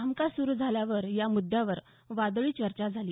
कामकाज सुरू झाल्यावर या मृद्यावरून वादळी चर्चा झाली